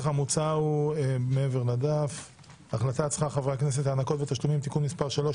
הכנסת: החלטת שכר חברי הכנסת (הענקות ותשלומים) (תיקון מס' 3),